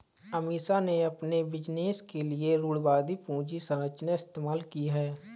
अमीषा ने अपने बिजनेस के लिए रूढ़िवादी पूंजी संरचना इस्तेमाल की है